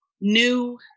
new